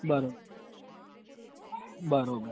બરો બરાબર